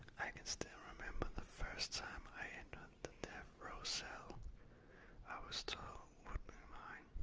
i can still remember the first time i entered the death-row cell i was told would be mine.